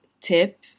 tip